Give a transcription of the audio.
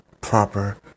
Proper